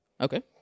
Okay